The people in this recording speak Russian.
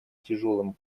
тяжелым